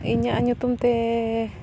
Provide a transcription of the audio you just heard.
ᱤᱧᱟᱹᱜ ᱧᱩᱛᱩᱢ ᱛᱮ